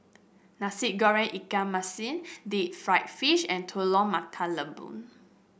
Nasi Goreng Ikan Masin Deep Fried Fish and Telur Mata Lembu